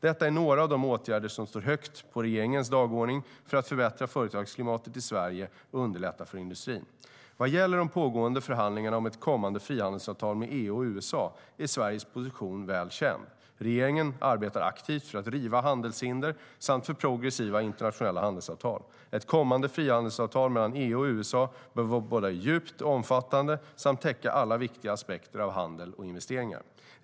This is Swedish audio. Detta är några av de åtgärder som står högt på regeringens dagordning för att förbättra företagsklimatet i Sverige och underlätta för industrin. Vad gäller de pågående förhandlingarna om ett kommande frihandelsavtal mellan EU och USA är Sveriges position väl känd. Regeringen arbetar aktivt för att riva handelshinder samt för progressiva internationella handelsavtal. Ett kommande frihandelsavtal mellan EU och USA bör vara både djupt och omfattande samt täcka alla viktiga aspekter av handel och investeringar.